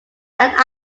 that